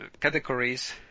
categories